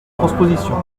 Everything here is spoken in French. transposition